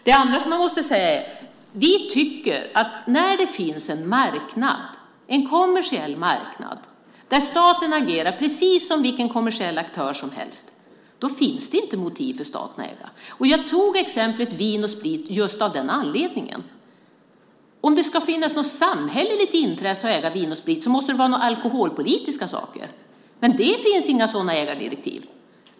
Det andra som jag måste säga är att vi tycker att det när det finns en marknad, en kommersiell marknad där staten agerar precis som vilken kommersiell aktör som helst, inte finns motiv för staten att äga. Jag tog exemplet med Vin & Sprit av just den anledningen. Om det ska finnas ett samhälleligt intresse för att äga Vin & Sprit måste det gälla alkoholpolitiska saker. Men sådana ägardirektiv finns inte!